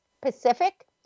Pacific